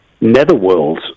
netherworld